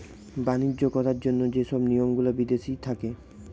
বাণিজ্য করার জন্য যে সব নিয়ম গুলা বিদেশি থাকে